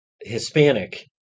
Hispanic